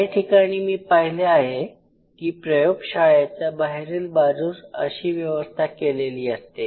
काही ठिकाणी मी पाहिले आहे की प्रयोगशाळेच्या बाहेरील बाजूस अशी व्यवस्था केलेली असते